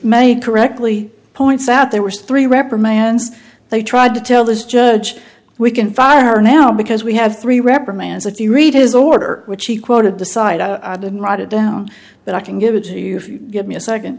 many correctly points out there were three reprimands they tried to tell this judge we can fire her now because we have three reprimands if you read his order which he quoted the site i didn't write it down but i can give it to you if you give me a second